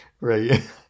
right